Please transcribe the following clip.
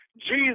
Jesus